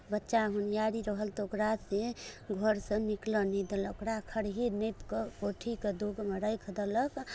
बच्चा होनहारी रहल तऽ ओकरा जे घर सऽ निकलऽ नहि देलक ओकरा खरही नापि कऽ कोठीके दोगमे राखि देलक